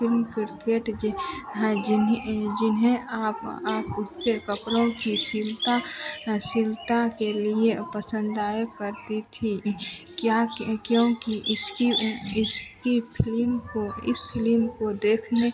fill cricket जग जिन्हीं जिन्हें आप आप स्थिर कपड़ों की सिलता सिलता के लिए पसंदायक करती थी क्या कि क्योंकि इसकी इसकी फिलिम को इस फिलिम को देखने